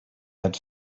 had